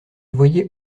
voyez